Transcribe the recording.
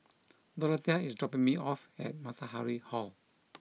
Dorathea is dropping me off at Matahari Hall